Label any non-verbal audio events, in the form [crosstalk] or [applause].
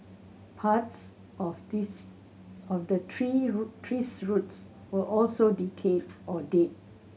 parts of these of the tree [unintelligible] tree's roots were also decayed or dead